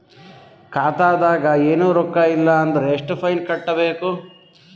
ಖಾತಾದಾಗ ಏನು ರೊಕ್ಕ ಇಲ್ಲ ಅಂದರ ಎಷ್ಟ ಫೈನ್ ಕಟ್ಟಬೇಕು?